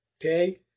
okay